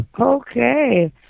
Okay